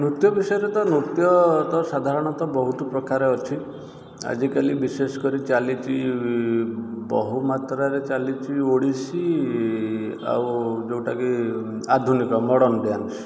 ନୃତ୍ୟ ବିଷୟରେ ନୃତ୍ୟ ତ ସାଧାରଣତଃ ବହୁତ ପ୍ରକାର ଅଛି ଆଜିକାଲି ବିଶେଷ କରି ଚାଲିଛି ବହୁ ମାତ୍ରାରେ ଚାଲିଛି ଓଡ଼ିଶୀ ଆଉ ଯେଉଁଟା କି ଆଧୁନିକ ମଡ଼ର୍ଣ୍ଣ ଡ୍ୟାନ୍ସ